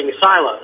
silos